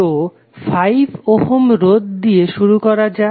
তো 5 ওহম রোধ দিয়ে শুরু করা যাক